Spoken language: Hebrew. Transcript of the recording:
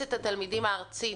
מועצת התלמידים הארצית,